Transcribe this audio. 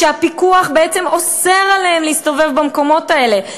כשהפיקוח בעצם אוסר עליהם להסתובב במקומות האלה.